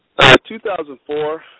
2004